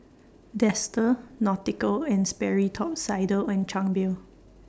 Dester Nautica and Sperry Top Sider and Chang Beer